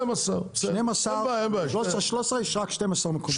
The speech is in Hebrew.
יש רק 12 מקומות.